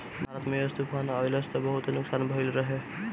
भारत में यास तूफ़ान अइलस त बहुते नुकसान भइल रहे